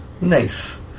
Nice